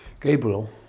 Gabriel